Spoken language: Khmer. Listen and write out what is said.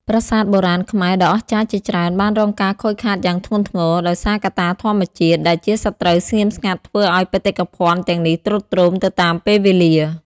ប្រាសាទបុរាណខ្មែរដ៏អស្ចារ្យជាច្រើនបានរងការខូចខាតយ៉ាងធ្ងន់ធ្ងរ ដោយសារកត្តាធម្មជាតិ ដែលជាសត្រូវស្ងៀមស្ងាត់ធ្វើឲ្យបេតិកភណ្ឌទាំងនេះទ្រុឌទ្រោមទៅតាមពេលវេលា។